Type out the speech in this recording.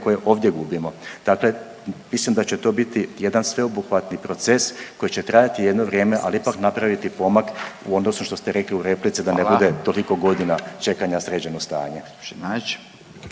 koje ovdje gubimo. Dakle, mislim da će to biti jedan sveobuhvatni proces koji će trajati jedno vrijeme ali ipak napraviti pomak u odnosu što ste rekli u replici da ne bude …/Upadica: Hvala./… toliko godina čekanja sređeno stanje.